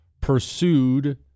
pursued